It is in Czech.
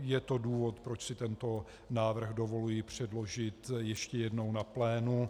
Je to důvod, proč si tento návrh dovoluji předložit ještě jednou na plénu.